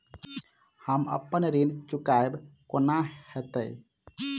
हम अप्पन ऋण चुकाइब कोना हैतय?